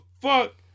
fuck